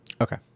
Okay